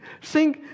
Sing